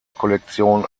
kollektion